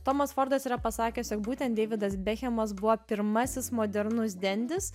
tomas fordas yra pasakęs jog būtent deividas bekhemas buvo pirmasis modernus dendis